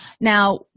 Now